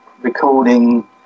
recording